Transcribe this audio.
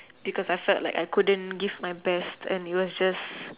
because I felt like I couldn't give my best and it was just